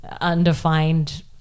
undefined